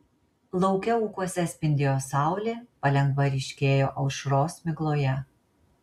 lauke ūkuose spindėjo saulė palengva ryškėjo aušros migloje